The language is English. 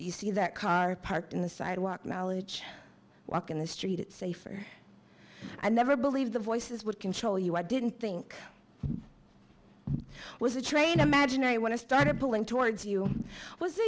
you see that car parked in the sidewalk knowledge walk in the street it's safer i never believed the voices would control you i didn't think i was a train imaginary when i started pulling towards you w